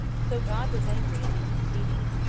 so god was angry at these proceedings,